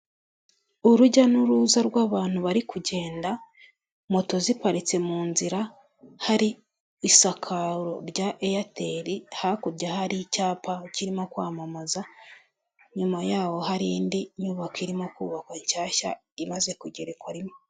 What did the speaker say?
Urujya n'uruza rw'abantu bari kugenda, moto ziparitse mu nzira, hari isakaro rya eyateri, hakurya hari icyapa kirimo kwamamaza, inyuma yaho hari indi nyubako irimo kubakwa shyashya, imaze kugerekwa rimwe.